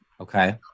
okay